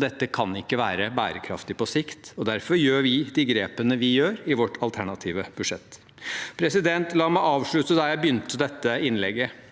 Dette er ikke bærekraftig på sikt. Derfor tar vi de grepene vi tar i vårt alternative budsjett. La meg avslutte der jeg begynte dette innlegget.